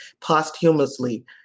posthumously